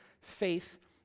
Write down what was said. faith